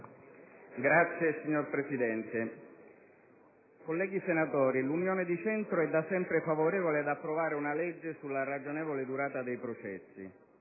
Signor Presidente, colleghi senatori, l'Unione di Centro è da sempre favorevole ad approvare una legge sulla ragionevole durata dei processi.